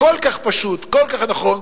זה כל כך פשוט וכל כך נכון.